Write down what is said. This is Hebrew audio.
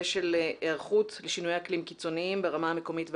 של היערכות לשינויי אקלים קיצוניים ברמה המקומית והלאומית.